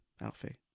Alfie